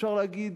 אפשר לומר,